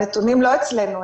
הנתונים לא אצלנו,